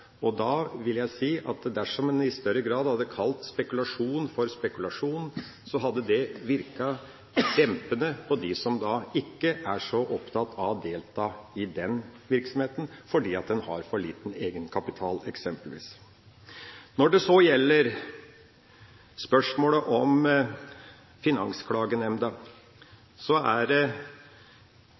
større grad hadde kalt spekulasjon for «spekulasjon», hadde det virket dempende på dem som ikke er så opptatt av å delta i den virksomheten, fordi en eksempelvis har for liten egenkapital. Når det så gjelder spørsmålet om Finansklagenemnda, er regjeringspartiene med på forslaget: «Stortinget ber regjeringen vurdere om det